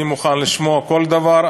אני מוכן לשמוע כל דבר,